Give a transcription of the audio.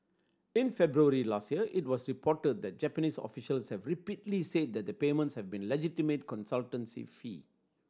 in February last year it was reported that Japanese officials had repeatedly said the payments had been legitimate consultancy fee